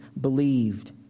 believed